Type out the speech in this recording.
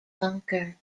bunker